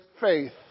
faith